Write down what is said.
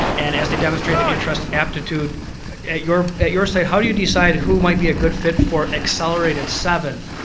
and as they demonstrate interest and aptitude at your at your state, how do you decide who might be a good fit for accelerated seventh?